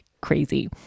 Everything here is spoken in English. crazy